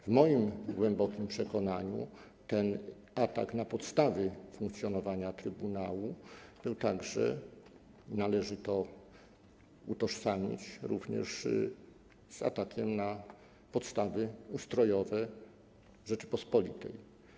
W moim głębokim przekonaniu ten atak na podstawy funkcjonowania trybunału należy utożsamiać również z atakiem na podstawy ustrojowe Rzeczypospolitej.